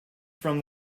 from